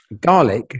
garlic